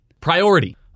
priority